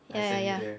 ya ya ya